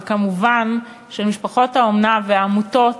וכמובן של משפחות האומנה והעמותות,